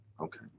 Okay